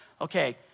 okay